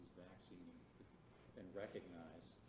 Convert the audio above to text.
vaccine and recognize.